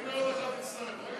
הנה, עוד אחד מצטרף.